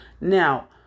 now